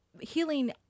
healing